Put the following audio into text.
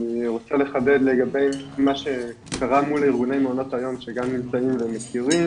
אני רוצה לחדד מה שקרה מול ארגוני מעונות היום שגם נמצאים ומכירים,